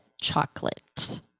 chocolate